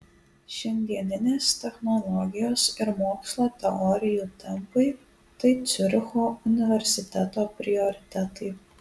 šiandieninės technologijos ir mokslo teorijų tempai tai ciuricho universiteto prioritetai